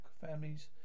families